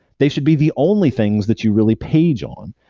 they should be the only things that you really page on,